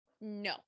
No